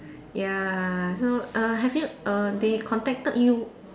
ya so err have you err they contacted you